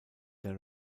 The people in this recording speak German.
der